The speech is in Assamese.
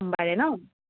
সোমবাৰে ন